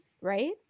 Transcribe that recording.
right